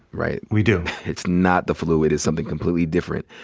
right? we do. it's not the flu. it is something completely different.